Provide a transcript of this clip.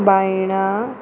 बायणां